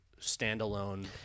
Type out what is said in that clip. standalone